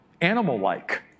animal-like